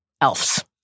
elves